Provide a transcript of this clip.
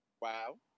wow